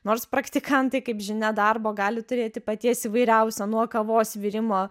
nors praktikantai kaip žinia darbo gali turėti paties įvairiausio nuo kavos virimo